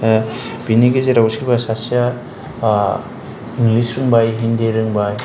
बेनिगेजेराव सोरबा सासेया इंलिस रोंबाय हिन्दि रोंबाय